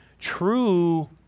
true